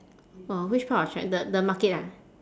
orh which part of china~ the the market ah